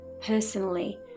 personally